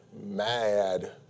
mad